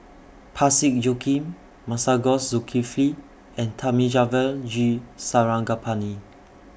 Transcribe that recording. Parsick Joaquim Masagos Zulkifli and Thamizhavel G Sarangapani